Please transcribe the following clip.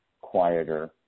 quieter